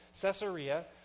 Caesarea